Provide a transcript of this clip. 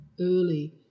early